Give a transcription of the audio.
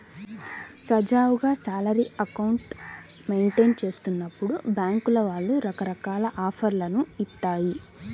సజావుగా salary account maintain చేస్తున్నప్పుడు బ్యేంకుల వాళ్ళు రకరకాల ఆఫర్లను ఇత్తాయి